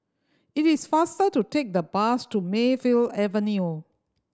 it is faster to take the bus to Mayfield Avenue